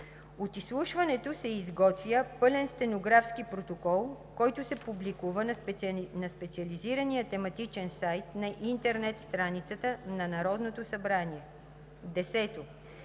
От изслушването се изготвя пълен стенографски протокол, който се публикува на специализирания тематичен сайт на интернет страницата на Народното събрание. 10.